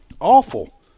awful